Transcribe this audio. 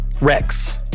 Rex